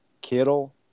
Kittle